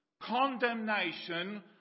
condemnation